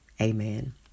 Amen